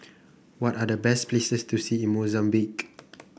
what are the best places to see in Mozambique